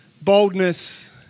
boldness